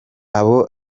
abo